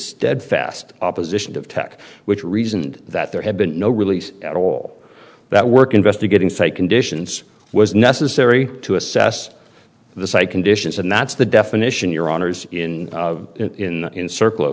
steadfast opposition of tech which reasoned that there had been no release at all that work investigating say conditions was necessary to assess the site conditions and that's the definition your honour's in in in circles